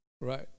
right